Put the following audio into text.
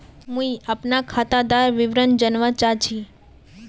मुई अपना खातादार विवरण जानवा चाहची?